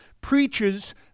preaches